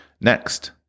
Next